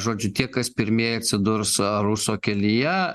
žodžiu tie kas pirmieji atsidurs ruso kelyje